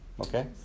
Okay